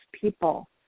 people